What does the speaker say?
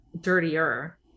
dirtier